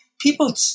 people